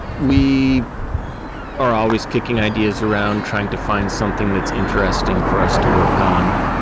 we are always kicking ideas around trying to find something that's interesting for us to work on.